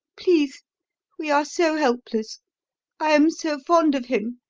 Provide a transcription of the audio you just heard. please we are so helpless i am so fond of him,